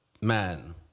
man